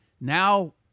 now